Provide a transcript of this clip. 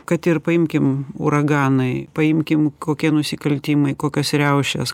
kad ir paimkim uraganai paimkim kokie nusikaltimai kokias riaušes